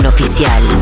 Oficial